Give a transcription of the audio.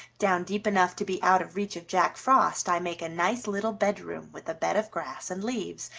down deep enough to be out of reach of jack frost i make a nice little bedroom with a bed of grass and leaves,